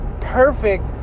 perfect